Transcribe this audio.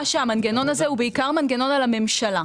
שהמנגנון הזה הוא בעיקר מנגנון על הממשלה.